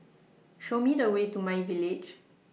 Show Me The Way to MyVillage